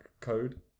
code